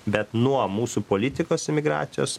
bet nuo mūsų politikos emigracijos